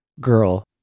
girl